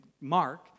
Mark